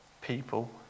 people